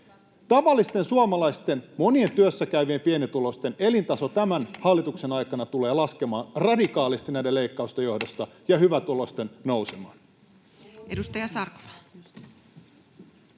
Tavallisten suomalaisten, monien työssäkäyvien, pienituloisten, elintaso tämän hallituksen aikana tulee laskemaan radikaalisti näiden leikkausten johdosta ja hyvätuloisten nousemaan.